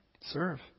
serve